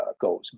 goes